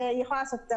היא יכולה לעשות את זה.